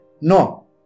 No